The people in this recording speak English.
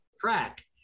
track